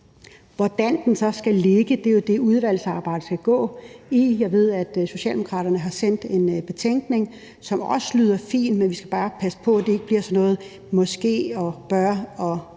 Hvordan det så skal ligge, er jo det, udvalgsarbejdet skal gå ind i. Jeg ved, at Socialdemokraterne har sendt en betænkning, som også lyder fin. Vi skal bare passe på, at det ikke bliver sådan noget med »måske« og »bør« og